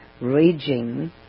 raging